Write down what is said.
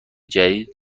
جدید